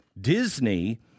Disney